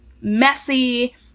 messy